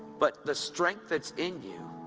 but the strength that's in you